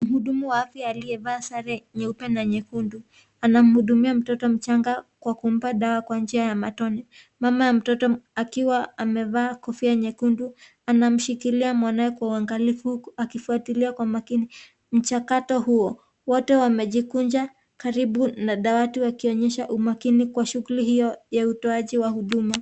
Mhudumu wa afya aliyevaa sare nyeupe na nyekundu. Anamhudumia mtoto mchanga kwa kumpa dawa kwa njia ya matone Mama ya mtoto akiwa amevaa kofia nyekundu. Anamshikilia mwanawe kwa uangalifu akifuatilia kwa makini mchakato huo. Wote wamejikunja karibu la dawati wakionyesha umakini kwa shughuli hiyo ya utoaji wa huduma.